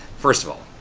first of all,